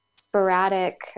sporadic